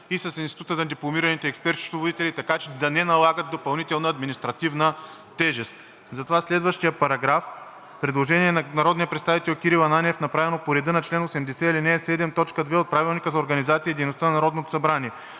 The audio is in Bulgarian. и с Института на дипломираните експерт-счетоводители, така че да не налагат допълнителна административна тежест. Предложение на народния представител Кирил Ананиев, направено по реда на чл. 80, ал. 7, т. 2 от Правилника за организацията и дейността на Народното събрание.